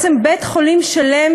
בעצם בית-חולים שלם,